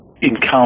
encounter